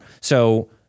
So-